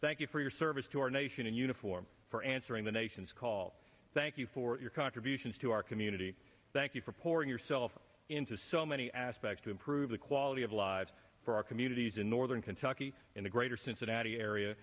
thank you for your service to our nation in uniform for answering the nation's call thank you for your contributions to our community thank you for pouring yourself into so many aspects to improve the quality of lives for our communities in northern kentucky and the greater cincinnati area